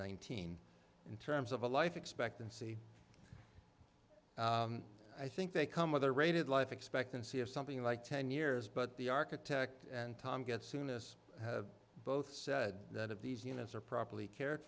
nineteen in terms of a life expectancy i think they come with a rated life expectancy of something like ten years but the architect and tom get soon as have both said that of these units are properly cared